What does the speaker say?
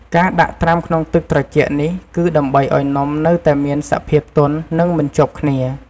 ការដាក់ត្រាំក្នុងទឹកត្រជាក់នេះគឺដើម្បីឲ្យនំនៅតែមានសភាពទន់ និងមិនជាប់គ្នា។